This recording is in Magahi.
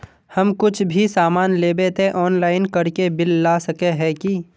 हम कुछ भी सामान लेबे ते ऑनलाइन करके बिल ला सके है की?